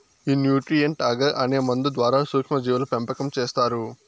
ఈ nutrient agar అనే మందు ద్వారా సూక్ష్మ జీవుల పెంపకం చేస్తారు